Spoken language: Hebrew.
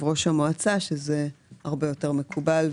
יש תלונות שמוגשות למועצה שהיא חוקרת אותן.